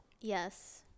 Yes